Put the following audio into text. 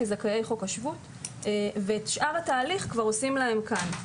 כזכאי חוק השבות ואת שאר התהליך כבר עושים להם כן.